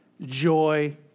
joy